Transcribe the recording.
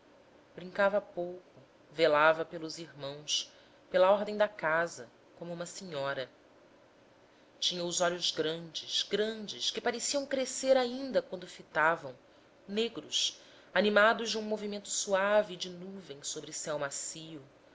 brincava pouco velava pelos irmãos pela ordem da casa como uma senhora tinha os olhos grandes grandes que pareciam crescer ainda quando fitavam negros animados de um movimento suave de nuvem sobre céu macio